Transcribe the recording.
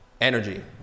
energy